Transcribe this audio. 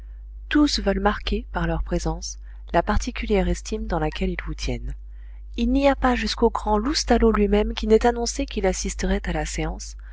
tous veulent marquer par leur présence la particulière estime dans laquelle ils vous tiennent il n'y a pas jusqu'au grand loustalot lui-même qui n'ait annoncé qu'il assisterait à la séance